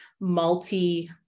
multi